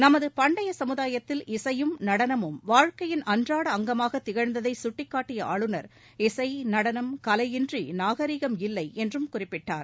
நமது பண்டைய சமுதாயத்தில் இசையும் நடனமும் வாழ்க்கையின் அன்றாட அங்கமாக திகழ்ந்ததை சுட்டிக்காட்டிய ஆளுநர் இசை நடனம் கலை இன்றி நாகரீகம் இல்லை என்றும் குறிப்பிட்டார்